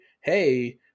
Hey